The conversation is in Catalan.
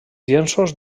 llenços